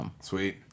Sweet